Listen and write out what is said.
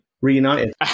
reunited